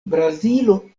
brazilo